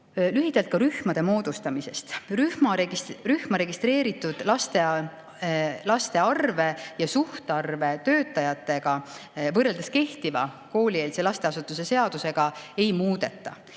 Lühidalt ka rühmade moodustamisest. Rühma registreeritud lasteaialaste arvu ja sellest lähtuvat töötajate arvu võrreldes kehtiva koolieelse lasteasutuse seadusega ei muudeta.